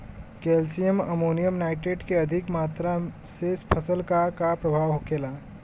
Calcium ammonium nitrate के अधिक मात्रा से फसल पर का प्रभाव होखेला?